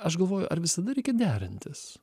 aš galvoju ar visada reikia derintis